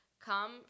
come